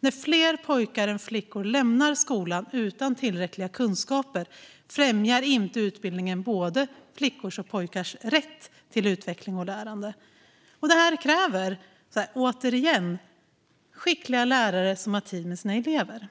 När fler pojkar än flickor lämnar skolan utan tillräckliga kunskaper främjar inte utbildningen både flickors och pojkars rätt till utveckling och lärande. Det krävs, återigen, skickliga lärare som har tid för sina elever. Fru